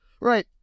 Right